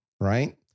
right